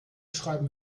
schreiben